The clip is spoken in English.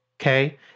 okay